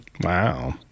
Wow